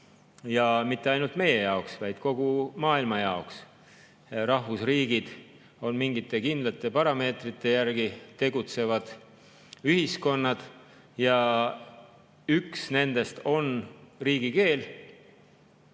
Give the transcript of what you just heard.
ja mitte ainult meie jaoks, vaid kogu maailma jaoks – on rahvusriigid mingite kindlate parameetrite järgi tegutsevad ühiskonnad. Ja üks nendest [parameetritest]